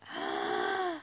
!huh!